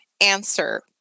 answer